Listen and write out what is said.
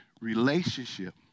relationship